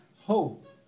hope